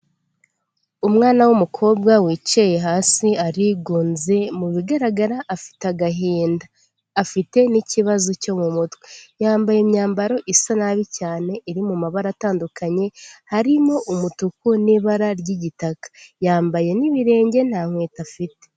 Umwana w'umukobwa wicaye hasi, arigunze, mu bigaragara afite agahinda, afite n'ikibazo cyo mu mutwe, yambaye imyambaro isa nabi cyane, iri mu mabara atandukanye harimo umutuku n'ibara ry'igitaka, yambaye n'ibirenge nta nkweto afite.